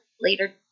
later